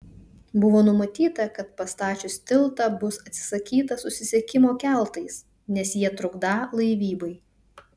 buvo numatyta kad pastačius tiltą bus atsisakyta susisiekimo keltais nes jie trukdą laivybai